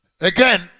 Again